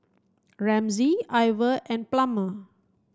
Ramsey Iver and Plummer